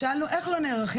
כששאלנו "איך לא נערכים,